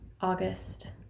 August